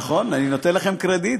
נכון נכון, אני נותן לכם קרדיט.